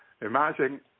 Imagine